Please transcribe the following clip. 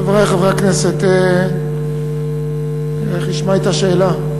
חברי חברי הכנסת, איך ישמע את השאלה?